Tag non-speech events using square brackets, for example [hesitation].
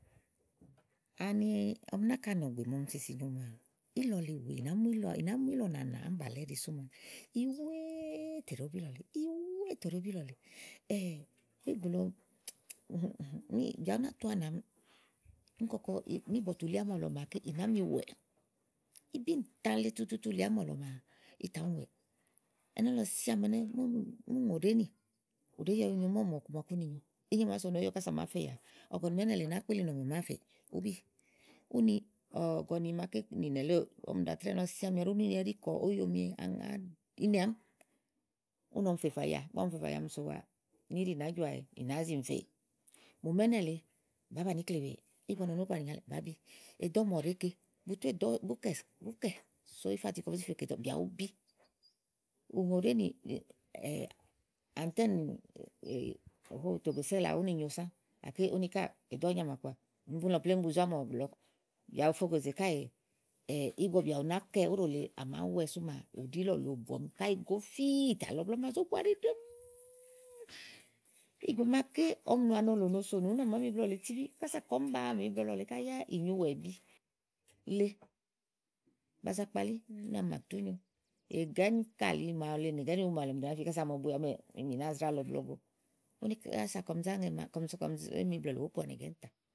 Ani ɔmi náka nɔ̀gbè màa ɔmi sisi nyo maa ílɔ le wèe ì nàá mu ì nàá mu ílɔ̀ nànà ámìbàlɛ́ ɛɖi sú màa ìyì wèe tè ì ɖòó bu ílɔ̀ lèe. ìyì wèe tè ì ɖòó bu ílɔ̀ lèe [hesitation] bégù lɔ [hesitation] bìà bá tu ànàɔmi úni kɔkɔ míì bɔ̀tuu li ámɔ̀lɔ màaké ì nàá mi wɛ̀ɛ, íbíìntã le tututu lìi ámɔ̀lɔ maa, ìtà mi wɛ̀ɛ̀ íbíìntã le tututu lìi nì. ù ɖèé yi ɔyu nyo mɔ́ɔ̀mù ɔku maké úni nyo ínye à màá sonì óyo kása à màá fe yàaa, ɔ̀gɔ̀nì màa ínɛ̀ lèe nàáá kpeliɔ̀mì à màáa fèè, ùúbi. úni ɔ̀gɔ̀nì màa nìnɛ̀ lèe ɔmi ɖàa trɛ́ɛ ɛnɛ́lɔsíã àámi úni ɛɖí kɔ̀ɔ óyomi aŋàd, inɛ àámi úni ɔmi fè fòyià. ígbɔ ɔmi fè fà yià ɔmu sòwà ni íɖì nàá jɔà ee ì nàáá zi mì fèè mò màa ínɛ lèe bàá banìi íkle wèeè ígbɔ ɔwɔ nɔ ni bú banìi ìnya bàá bi, èdɔ̀ màa ɔwɔ ɖèé ke, bu tú èɖɔ, bú kɛ, bú kɛ̀ so ífati kɔ bu zé fe kè èdɔ̀ bìà bùú bi ùŋòɖèéni. [hesitation] Antúánì nì tògòsɛ́lì awu úni nyo sã gàké úni ká èdɔ̀ ɔ̀ɔ́ nyamà kɔà úni búni lɔ plémú bu zo ámɔ̀lɔ. bìà bù fɛ ògòzè káèè ígbɔ bìà bù nàá kɛ, óɖò lèe à màá wɛ sú maa, ù ɖiìlɔ̀ lèe òbù ɔmi kayi ì gofii, ì nàá lɔ iblɔɔ, ìtà lɔ iblɔ, à mà zó búá áɖi ɖɛ́ŋúú. ìgbè màaké ɔmi nù ani òlò nòo sonù úni à màá mi iblɔ lèe tíbí kása kɔɔ̀m ba mìnyo iblɔ lɔ lèe ká yá ì nyu ùwàèbi inyi ba za kpalí úni à mà tú nyu ègà ínìkàli màawu èle nì ègà ínìwú màawu èle ɔmi dò nàáa fi ása o mo bue ɛnɛ́ ɔmi ì náa zrá lɔ iblɔ go úni ása kɔm zé mi iblɔ lɔ lèe, kɔm zá ŋɛ iblɔ tè wòó po ègà íìntã.